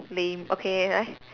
lame okay 来